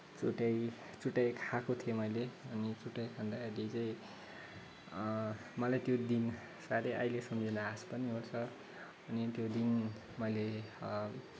चुटाइ चुटाइ खाएको थिएँ मैले चुटाइ खाँदाखेरि चाहिँ मलाई त्यो दिन साह्रै अहिले सम्झिँदा हाँस पनि उठ्छ अनि त्यो दिन मैले